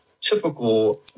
typical